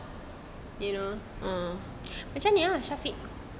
macam ni ah shafiq